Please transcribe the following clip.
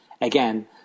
Again